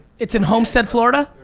it's in homestead, florida?